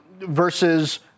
versus